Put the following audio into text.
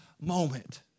moment